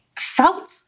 felt